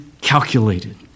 calculated